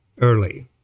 early